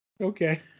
Okay